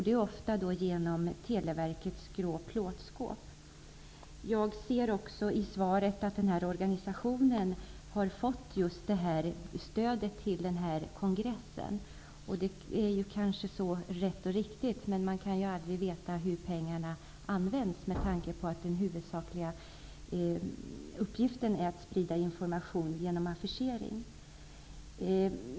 Det sker ofta på Televerkets grå plåtskåp. Jag ser också i svaret att organisationen har fått just det här stödet till sin kongress. Det är kanske rätt och riktigt. Men man kan ju aldrig veta hur pengarna används med tanke på att den huvudsakliga uppgiften är att sprida information genom affischering.